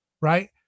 right